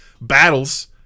battles